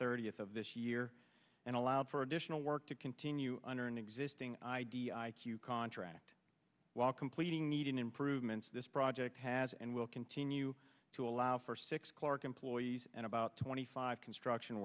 thirtieth of this year and allowed for additional work to continue under an existing idea i q contract while completing needing improvements this project has and will continue to allow for six clark employees and about twenty five construction